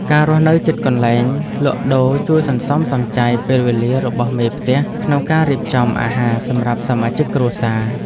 ការរស់នៅជិតកន្លែងលក់ដូរជួយសន្សំសំចៃពេលវេលារបស់មេផ្ទះក្នុងការរៀបចំអាហារសម្រាប់សមាជិកគ្រួសារ។